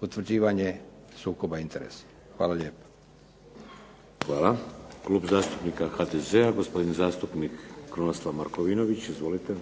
potvrđivanje sukoba interesa. Hvala lijepa. **Šeks, Vladimir (HDZ)** Hvala. Klub zastupnika HDZ-a, gospodin zastupnik Krunoslav Markovinović. Izvolite.